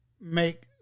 make